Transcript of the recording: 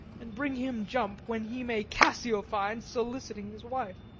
and bring him jump when he may cassio find soliciting his wife.